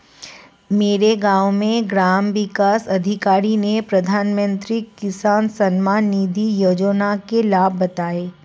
मेरे गांव में ग्राम विकास अधिकारी ने प्रधानमंत्री किसान सम्मान निधि योजना के लाभ बताएं